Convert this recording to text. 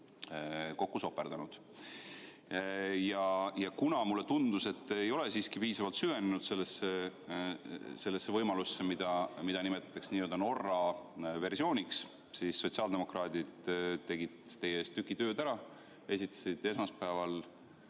kokku soperdanud. Ja kuna mulle tundus, et te ei ole siiski piisavalt süvenenud sellesse võimalusse, mida nimetatakse Norra versiooniks, siis sotsiaaldemokraadid tegid teie eest tüki tööd ära ja esitasid esmaspäeval